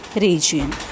region